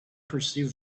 perceived